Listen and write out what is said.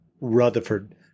Rutherford